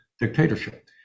dictatorship